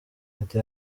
ati